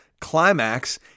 climax